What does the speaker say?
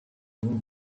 nun